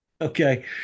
Okay